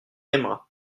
aimera